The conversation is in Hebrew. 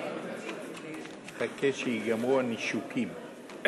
תחכה שייגמרו הנישוקים.